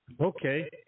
Okay